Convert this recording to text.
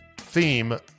theme